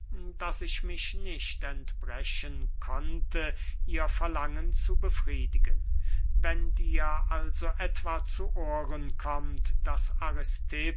daß ich mich nicht entbrechen konnte ihr verlangen zu befriedigen wenn dir also etwa zu ohren kommt daß